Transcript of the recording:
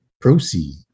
proceed